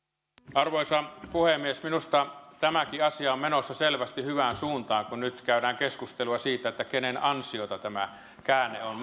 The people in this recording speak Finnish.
arvoisa puhemies minusta tämäkin asia on menossa selvästi hyvään suuntaan kun nyt käydään keskustelua siitä kenen ansiota tämä käänne on